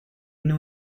knew